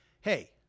Hey